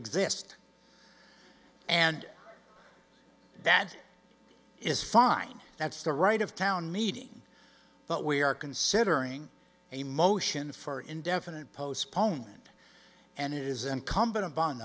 exist and that is fine that's the right of town meeting but we are considering a motion for indefinite postponement and it is incumbent upon